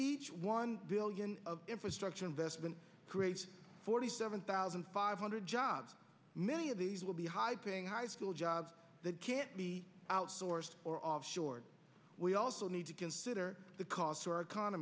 each one billion of infrastructure investment creates forty seven thousand five hundred jobs many of these will be high paying high school jobs that can't be outsourced or offshore we also need to consider the cost